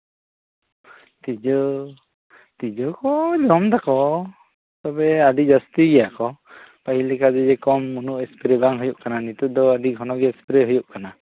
ᱛᱤᱡᱩ ᱛᱤᱡᱩ ᱠᱚ ᱡᱚᱢ ᱫᱟᱠᱚ ᱛᱚᱵᱮ ᱟᱹᱰᱤ ᱡᱟᱹᱥᱛᱤᱭᱟᱠᱚ ᱯᱟᱹᱦᱤᱞ ᱞᱮᱠᱟ ᱠᱚᱢ ᱩᱱᱟᱹᱜ ᱮᱥᱯᱮᱨᱮ ᱵᱟᱝ ᱦᱩᱭᱩᱜ ᱠᱟᱱᱟ ᱱᱤᱛᱚᱜ ᱫᱚ ᱟᱹᱰᱤ ᱜᱷᱚᱱᱚᱜᱮ ᱮᱥᱯᱨᱮᱭᱟᱜ ᱦᱩᱭᱩᱜ ᱠᱟᱱᱟ